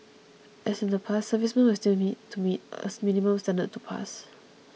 as in the past servicemen will still need to meet a minimum standard to pass